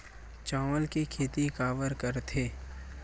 चावल के खेती काबर करथे?